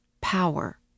power